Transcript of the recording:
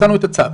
מצאנו את הצו.